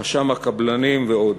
רשם הקבלנים ועוד.